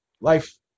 life